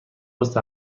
پست